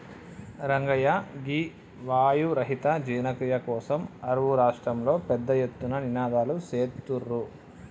రంగయ్య గీ వాయు రహిత జీర్ణ క్రియ కోసం అరువు రాష్ట్రంలో పెద్ద ఎత్తున నినాదలు సేత్తుర్రు